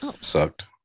sucked